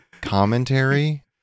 commentary